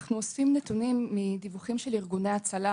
אנחנו אוספים נתונים מדיווחים של ארגוני הצלה